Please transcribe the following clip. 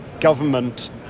government